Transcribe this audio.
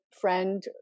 friend